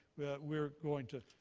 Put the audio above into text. we are going to